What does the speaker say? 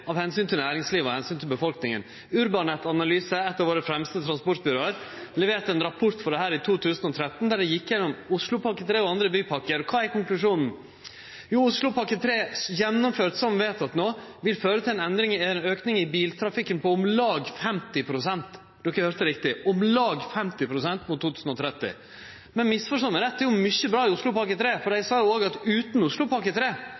av miljøomsyn, av omsyn til næringslivet og av omsyn til befolkninga. Urbanet Analyse, eitt av våre fremste transportanalysebyrå, leverte ein rapport om dette i 2013, der dei gjekk gjennom Oslopakke 3 og andre bypakker. Kva er konklusjonen? Jo, Oslopakke 3, gjennomført som vedteke, vil føre til ein auke i biltrafikken på om lag 50 pst. – de høyrde riktig: om lag 50 pst. – mot 2030. Men misforstå meg rett: Det er jo mykje bra i Oslopakke 3, for